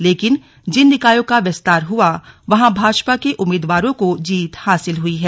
लेकिन जिन निकायों का विस्तार हुआ वहां भाजपा के उम्मीदवारों को जीत हासिल हुई है